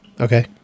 Okay